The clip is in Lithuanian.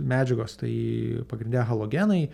medžiagos tai pagrinde halogenai